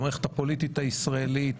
במערכת הפוליטית הישראלית.